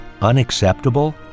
unacceptable